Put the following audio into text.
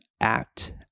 act